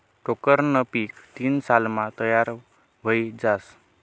टोक्करनं पीक तीन सालमा तयार व्हयी जास